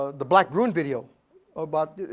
the black room video about,